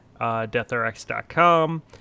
DeathRX.com